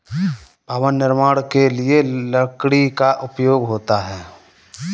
भवन निर्माण के लिए लकड़ी का उपयोग होता है